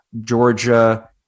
Georgia